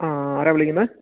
ആ ആരാണു വിളിക്കുന്നത്